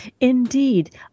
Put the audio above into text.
Indeed